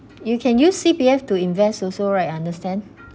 you can use C_P_F to invest also right understand